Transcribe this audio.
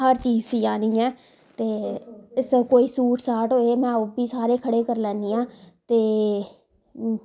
हर चीज सीआं नी आं ते कुसै कोई सूट साट होए मैं ओहबी सारे खड़े करी लैन्नी आं ते